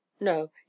No